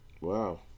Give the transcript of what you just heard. Wow